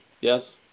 yes